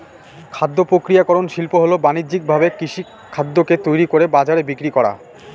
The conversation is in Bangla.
খাদ্য প্রক্রিয়াকরন শিল্প হল বানিজ্যিকভাবে কৃষিখাদ্যকে তৈরি করে বাজারে বিক্রি করা